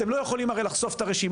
אתם לא יכולים הרי לחשוף את הרשימות,